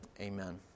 Amen